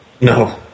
No